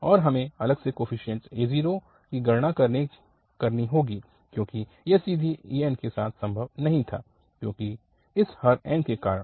और हमें अलग से कोफीशिएंट a0 की गणना करनी होगी क्योंकि यह सीधे an के साथ संभव नहीं था क्योंकि इस हर n के कारण